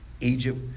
Egypt